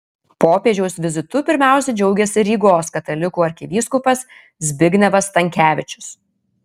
popiežiaus vizitu pirmiausia džiaugėsi rygos katalikų arkivyskupas zbignevas stankevičius